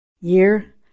year